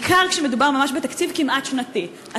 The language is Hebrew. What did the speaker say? בעיקר כשמדובר ממש בתקציב כמעט שנתי,